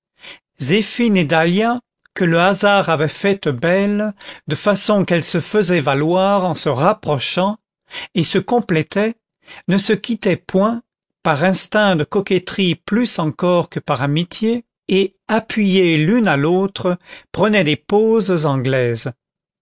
que le hasard avait faites belles de façon qu'elles se faisaient valoir en se rapprochant et se complétaient ne se quittaient point par instinct de coquetterie plus encore que par amitié et appuyées l'une à l'autre prenaient des poses anglaises